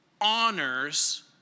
honors